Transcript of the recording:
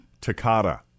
Takata